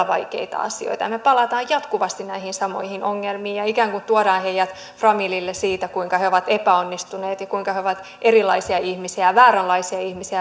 vaikeita asioita me palaamme jatkuvasti näihin samoihin ongelmiin ja ikään kuin tuomme heidät framille siitä kuinka he ovat epäonnistuneet ja kuinka he ovat erilaisia ihmisiä vääränlaisia ihmisiä